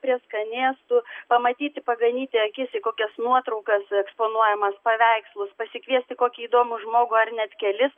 prie skanėstų pamatyti paganyti akis į kokias nuotraukas eksponuojamas paveikslus pasikviesti kokį įdomų žmogų ar net kelis